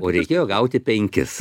o reikėjo gauti penkis